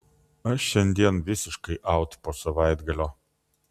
aš šiandien visiškai aut po savaitgalio